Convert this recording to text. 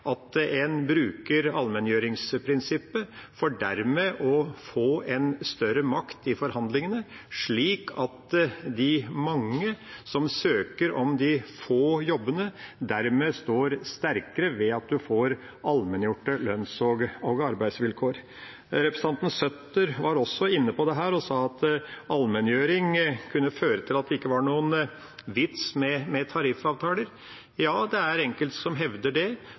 at en bruker allmenngjøringsprinsippet for dermed å få en større makt i forhandlingene, slik at de mange som søker på de få jobbene, dermed står sterkere ved at man får allmenngjorte lønns- og arbeidsvilkår. Representanten Søttar var også inne på dette og sa at allmenngjøring kunne føre til at det ikke var noen vits med tariffavtaler. Ja, det er enkelte som hevder det,